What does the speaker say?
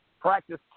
practice